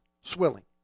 Swilling